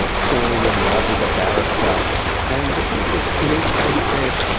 falling in love with a barrister and the court just in each case said,